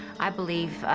i believe,